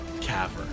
Cavern